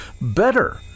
better